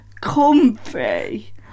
comfy